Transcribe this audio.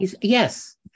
yes